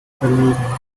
belegen